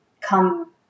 come